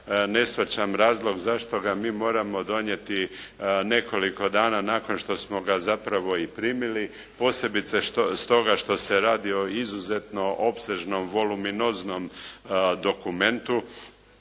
ne shvaćam razlog zašto ga mi moramo donijeti nekoliko dana nakon što smo ga zapravo i primili, posebice stoga što se radi o izuzetno opsežnom voluminoznom dokumentu